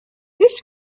this